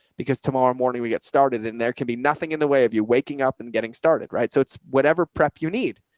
because tomorrow morning we get started and there can be nothing in the way of you waking up and getting started, right? so it's whatever prep you need.